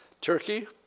Turkey